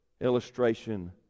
illustration